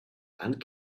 and